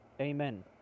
amen